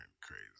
crazy